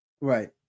Right